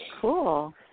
Cool